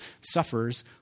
suffers